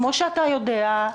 כמו שאתה יודע,